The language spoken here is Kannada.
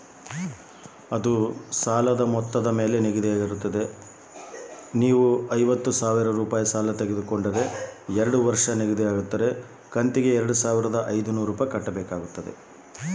ಸಾಲವನ್ನ ಎಷ್ಟು ಕಂತಿನಾಗ ಕಟ್ಟಬೇಕು?